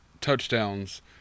touchdowns